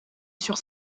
sur